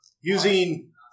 using